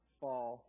fall